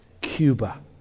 Cuba